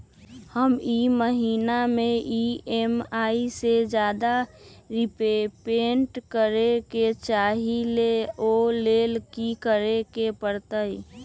हम ई महिना में ई.एम.आई से ज्यादा रीपेमेंट करे के चाहईले ओ लेल की करे के परतई?